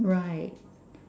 right